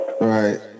Right